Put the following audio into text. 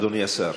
אדוני השר,